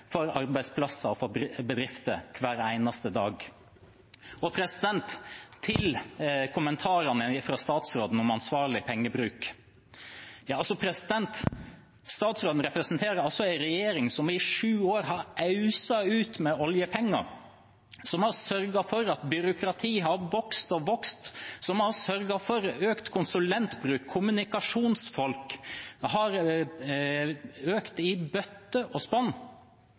for arbeidsplasser og for bedrifter hver eneste dag. Til kommentarene fra statsråden om ansvarlig pengebruk: Statsråden representerer en regjering som i sju år har øst ut oljepenger, som har sørget for at byråkratiet har vokst og vokst, som har sørget for økt konsulentbruk og at bruk av kommunikasjonsfolk har økt i bøtter og spann.